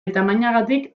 tamainagatik